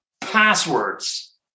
Passwords